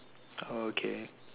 oh okay